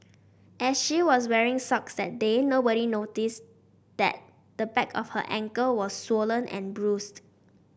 as she was wearing socks that day nobody notice that the back of her ankle was swollen and bruised